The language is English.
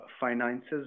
finances